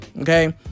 okay